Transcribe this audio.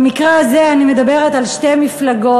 במקרה הזה אני מדברת על שתי מפלגות,